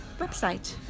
website